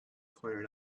pointed